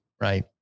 Right